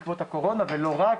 בעקבות הקורונה ולא רק,